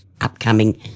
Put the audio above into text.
upcoming